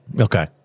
okay